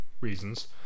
reasons